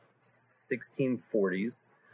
1640s